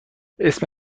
اسم